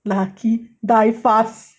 buy fast